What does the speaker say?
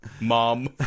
Mom